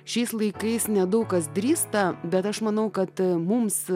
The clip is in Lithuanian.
šiais laikais nedaug kas drįsta bet aš manau kad mums